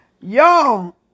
y'all